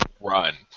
run